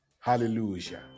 Hallelujah